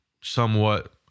somewhat